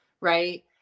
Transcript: right